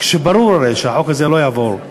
כשברור הרי שהחוק הזה לא יעבור.